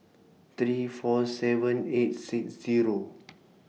three four seven eight six Zero